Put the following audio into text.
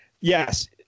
Yes